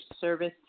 service